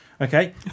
Okay